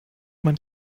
man